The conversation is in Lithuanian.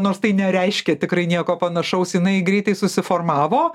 nors tai nereiškia tikrai nieko panašaus jinai greitai susiformavo